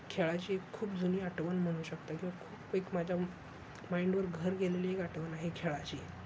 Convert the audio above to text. खेळाची खूप जुनी आठवण म्हणू शकता किंवा खूप एक माझ्या माइंडवर घर केलेली एक आठवण आहे खेळाची